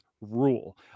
rule